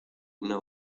una